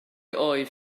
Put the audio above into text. oedd